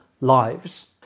lives